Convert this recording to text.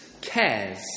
cares